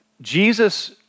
Jesus